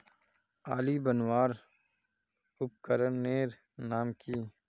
आली बनवार उपकरनेर नाम की?